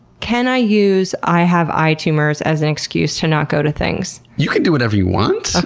can i use, i have eye tumors as an excuse to not go to things? you can do whatever you want.